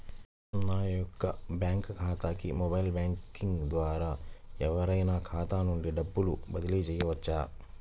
నా యొక్క బ్యాంక్ ఖాతాకి మొబైల్ బ్యాంకింగ్ ద్వారా ఎవరైనా ఖాతా నుండి డబ్బు బదిలీ చేయవచ్చా?